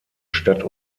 stadt